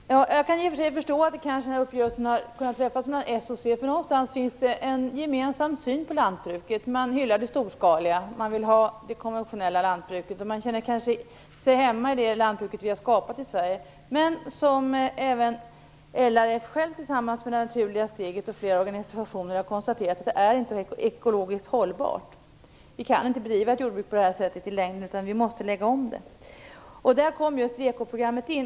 Fru talman! Jag kan i och förstå att dessa uppgörelser mellan Socialdemokraterna och Centern har kunnat träffas, eftersom det där någonstans finns en gemensam syn på lantbruket. Man hyllar det storskaliga och konventionella lantbruket. Man känner sig kanske hemma i det lantbruk som vi har skapat i Sverige. Men som även LRF självt tillsammans med Det Naturliga Steget och flera andra organisationer har konstaterat är det inte ekologiskt hållbart. Vi kan i längden inte bedriva ett jordbruk på det här sättet, utan vi måste lägga om det. Där kommer också ekoprogrammet in.